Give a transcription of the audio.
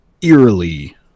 eerily